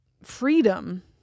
Freedom